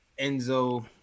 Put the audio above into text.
enzo